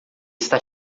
está